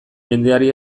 jendeari